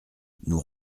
nous